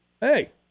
Hey